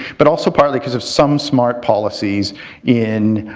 but also partly because of some smart policies in.